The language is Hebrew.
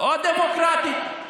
או דמוקרטית.